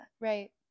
Right